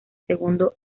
segundo